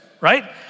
right